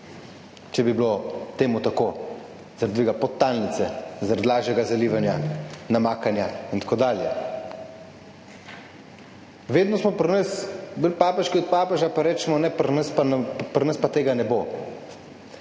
če bi bilo to tako, zaradi dviga podtalnice, zaradi lažjega zalivanja, namakanja in tako dalje. Vedno smo pri nas bolj papeški od papeža, pa rečemo, ne, pri nas pa tega ne bo.